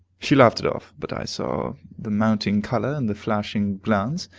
she laughed it off, but i saw the mounting color and the flashing glance.